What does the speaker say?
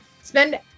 Spend